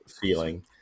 feeling